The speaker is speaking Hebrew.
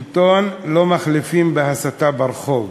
שלטון לא מחליפים בהסתה ברחוב.